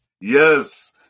Yes